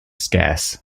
scarce